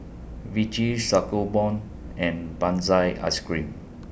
Vichy Sangobion and Benzac Ice Cream